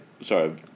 sorry